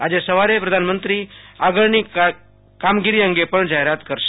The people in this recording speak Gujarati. આજે સવારે પ્રધાનમંત્રી આગળની કામગીરી અંગે પણ જાહેરાત કરશે